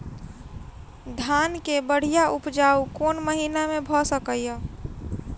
धान केँ बढ़िया उपजाउ कोण महीना मे भऽ सकैय?